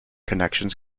connections